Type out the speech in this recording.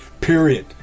Period